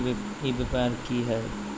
ई व्यापार की हाय?